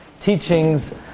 teachings